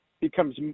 becomes